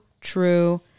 true